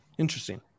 interesting